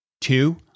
two